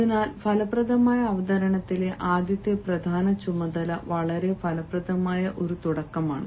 അതിനാൽ ഫലപ്രദമായ അവതരണത്തിലെ ആദ്യത്തെ പ്രധാന ചുമതല വളരെ ഫലപ്രദമായ ഒരു തുടക്കമാണ്